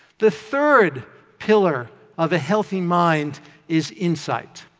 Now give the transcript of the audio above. the third pillar of a healthy mind is insight.